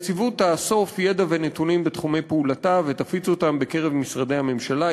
הנציבות תאסוף ידע ונתונים בתחומי פעולתה ותפיץ אותם בקרב משרדי הממשלה.